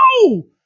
No